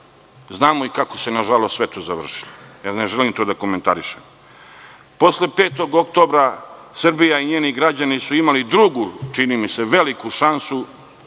znamo i kako se, nažalost, sve to završilo. To ne želim ni da komentarišem. Posle 5. oktobra Srbija i njeni građani su imali drugu, čini mi se veliku šansu,